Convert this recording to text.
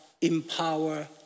empower